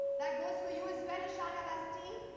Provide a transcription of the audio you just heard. that goes for you as well ishaan awasthi.